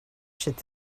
should